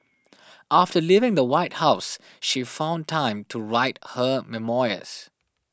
after leaving the White House she found time to write her memoirs